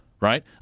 right